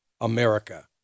America